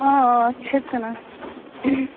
آ آ چھِ کٕنان